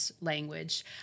language